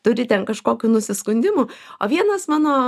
turi ten kažkokių nusiskundimų o vienas mano